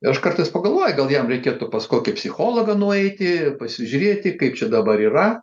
ir aš kartais pagalvoju gal jam reikėtų pas kokį psichologą nueiti pasižiūrėti kaip čia dabar yra